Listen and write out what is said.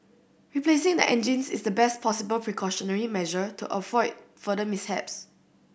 replacing the engines is the best possible precautionary measure to avoid further mishaps